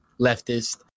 leftist